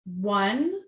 One